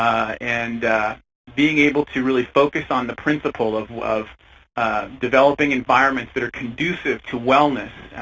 and being able to really focus on the principal of of developing environments that are conducive to wellness,